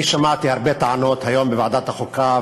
אני שמעתי הרבה טענות היום בוועדת החוקה,